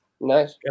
Nice